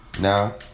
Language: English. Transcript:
Now